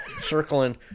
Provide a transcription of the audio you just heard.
circling